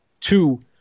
Two